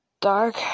dark